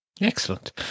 Excellent